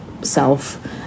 self